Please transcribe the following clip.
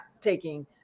taking